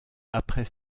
après